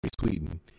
Sweden